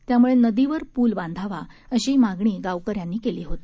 त्याम्ळे नदीवर पूल बांधावा अशी मागणी गावकऱ्यांनी केली होती